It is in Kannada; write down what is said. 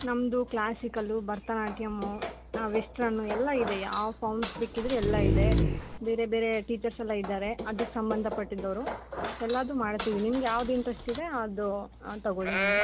ನಮ್ಮದು ಕ್ಲಾಸಿಕಲ್ಲು ಭರತನಾಟ್ಯಮ್ ವೆಸ್ಟರ್ನು ಎಲ್ಲ ಇದೆ ಯಾವ ಫಾಮ್ಸ್ ಬೇಕಿದ್ದರು ಎಲ್ಲ ಇದೆ ಬೇರೆ ಬೇರೆ ಟೀಚರ್ಸ್ ಎಲ್ಲ ಇದ್ದಾರೆ ಅದಕ್ಕೆ ಸಂಬಂಧಪಟ್ಟಿದ್ದೋರು ಎಲ್ಲಾ ಮಾಡ್ತೀವಿ ನಿಮ್ಗೆ ಯಾವ್ದ ಇಂಟ್ರಸ್ಟ್ ಇದೆ ಅದು ತಗೊಳ್ಳಿ ನೀವು